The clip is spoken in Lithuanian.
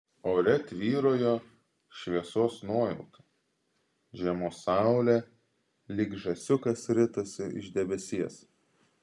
ore tvyrojo šviesos nuojauta žiemos saulė lyg žąsiukas ritosi iš debesies